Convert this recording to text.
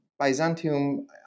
Byzantium